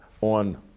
on